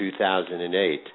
2008